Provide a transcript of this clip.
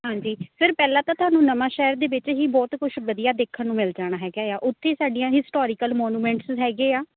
ਹਾਂਜੀ ਸਰ ਪਹਿਲਾਂ ਤਾਂ ਤੁਹਾਨੂੰ ਨਵਾਂ ਸ਼ਹਿਰ ਦੇ ਵਿੱਚ ਹੀ ਬਹੁਤ ਕੁਛ ਵਧੀਆ ਦੇਖਣ ਨੂੰ ਮਿਲ ਜਾਣਾ ਹੈਗਾ ਆ ਉੱਥੇ ਸਾਡੀਆਂ ਹਿਸਟੋਰੀਕਲ ਮੋਨੂਮੈਂਟਸ ਹੈਗੇ ਆ